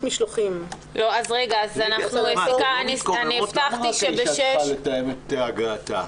למה אישה צריכה לתאם את הגעתה?